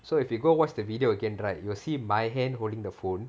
so if you go watch the video again right you will see my hand holding the phone